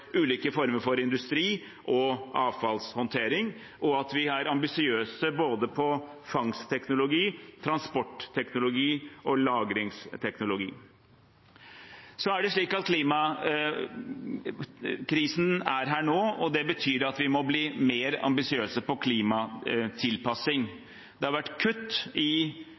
ulike former for industri og avfallshåndtering, og at vi er ambisiøse både når det gjelder fangstteknologi, transportteknologi og lagringsteknologi. Klimakrisen er her nå, og det betyr at vi må bli mer ambisiøse med hensyn til klimatilpassing. Det har vært kutt i